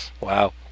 Wow